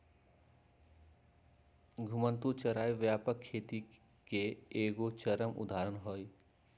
घुमंतू चराई व्यापक खेती के एगो चरम उदाहरण हइ